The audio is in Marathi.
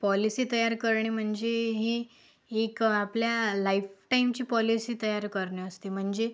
पॉलिसी तयार करणे म्हणजे ही ही एक आपल्या लाइफ टाइमची पॉलिसी तयार करणे असते म्हणजे